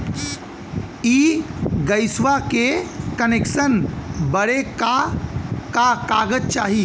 इ गइसवा के कनेक्सन बड़े का का कागज चाही?